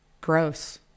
gross